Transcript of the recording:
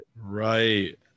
right